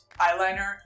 eyeliner